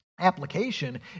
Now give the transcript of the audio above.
application